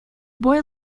boy